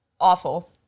awful